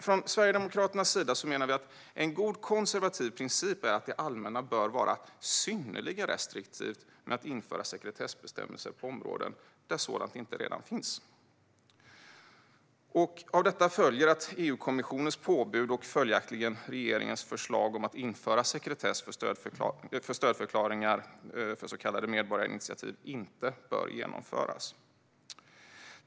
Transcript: Från Sverigedemokraternas sida menar vi att en god konservativ princip är att det allmänna bör vara synnerligen restriktivt med att införa sekretessbestämmelser på områden där sådana inte redan finns. Av detta följer att EU-kommissionens påbud och följaktligen regeringens förslag om att införa sekretess för stödförklaringar till så kallade medborgarinitiativ inte bör genomföras.